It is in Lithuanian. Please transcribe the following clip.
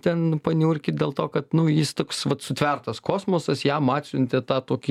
ten paniurkyt dėl to kad nu jis toks vat sutvertas kosmosas jam atsiuntė tą tokį